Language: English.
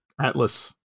Atlas